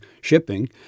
shipping